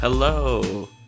hello